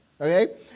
Okay